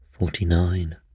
Forty-nine